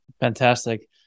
Fantastic